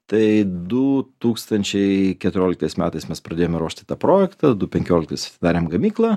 tai du tūkstančiais metais mes pradėjome ruošti tą projektą du penkioliktais atidarėm gamyklą